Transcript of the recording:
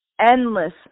endless